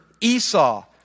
Esau